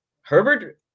Herbert